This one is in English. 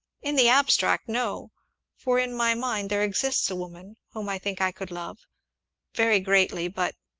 in the abstract no for in my mind there exists a woman whom i think i could love very greatly but,